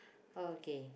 oh okay